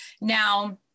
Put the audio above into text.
Now